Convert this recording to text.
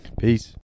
peace